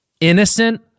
innocent